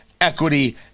equity